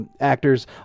actors